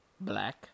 black